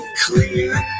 clear